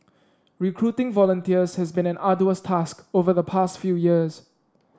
recruiting volunteers has been an arduous task over the past few years